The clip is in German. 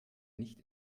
nicht